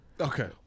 Okay